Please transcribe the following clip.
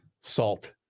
salt